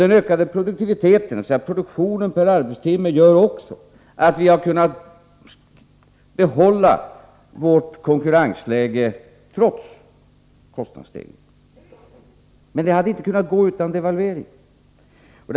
Den ökade produktiviteten, dvs. produktionen per arbetstimme, har också gjort att vi kunnat behålla vårt konkurrensläge trots kostnadsstegringarna. Men det hade inte gått utan devalveringen.